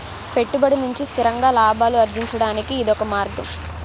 పెట్టుబడి నుంచి స్థిరంగా లాభాలు అర్జించడానికి ఇదొక మార్గం